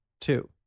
two